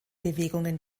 bewegungen